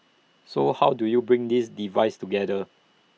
so how do you bring these devices together